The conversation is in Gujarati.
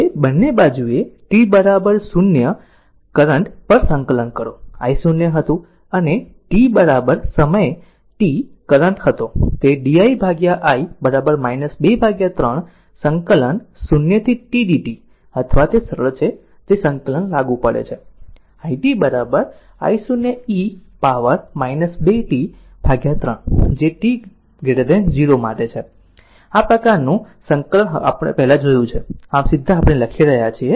હવે બંને બાજુએ t 0 કરંટ પર સંકલન કરો I0 હતું અને t સમય t કરંટ હતો તે di i 2 3 સંકલન 0 થી t dt અથવા તે સરળ છે તે સંકલન લાગુ પડે છે i t I0 e power 2 t 3 જે t 0 માટે છે આ આપણે આ પ્રકારનું સંકલન આ પહેલાં જોયું છે આમ સીધા આપણે લખી રહ્યા છીએ